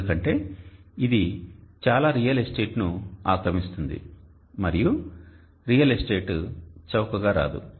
ఎందుకంటే ఇది చాలా రియల్ ఎస్టేట్ను ఆక్ర మిస్తుంది మరియు రియల్ ఎస్టేట్ చౌకగా రాదు